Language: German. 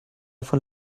von